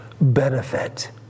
benefit